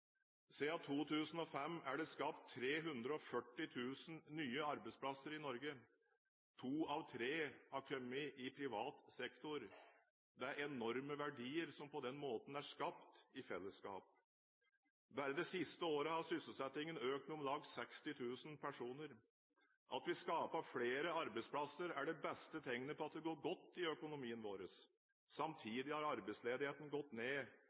2005 er det skapt 340 000 nye arbeidsplasser i Norge. To av tre har kommet i privat sektor. Det er enorme verdier som på den måten er skapt i fellesskap. Bare det siste året har sysselsettingen økt med om lag 60 000 personer. At vi skaper flere arbeidsplasser, er det beste tegnet på at det går godt i økonomien vår. Samtidig har arbeidsledigheten gått ned.